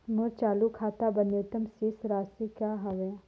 मोर चालू खाता बर न्यूनतम शेष राशि का हवे?